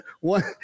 one